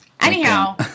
Anyhow